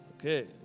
Okay